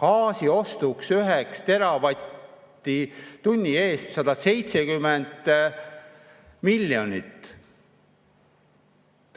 gaasi ostuks 1 teravatt-tunni eest 170 miljonit. Kas